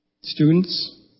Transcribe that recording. Students